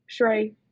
Shrey